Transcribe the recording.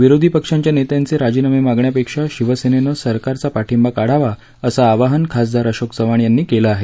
विरोधी पक्षांच्या नेत्यांचे राजीनामे मागण्यापेक्षा शिवसेनेनं सरकारचा पाठिंबा काढावा असं आवाहन खासदार अशोक चव्हाण यांनी केलं आहे